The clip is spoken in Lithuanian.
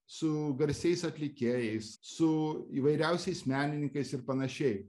su garsiais atlikėjais su įvairiausiais menininkais ir panašiai